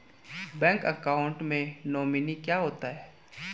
Bank account में nominee क्या होता है?